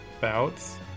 bouts